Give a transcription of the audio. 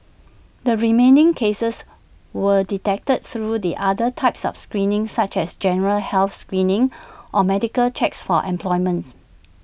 the remaining cases were detected through the other types of screening such as general health screening or medical checks for employments